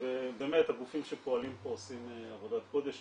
ובאמת הגופים שפועלים פה עושים עבודת קודש,